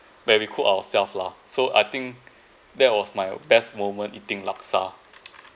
where we cook ourselves lah so I think that was my best moment eating laksa